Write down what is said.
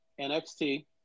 NXT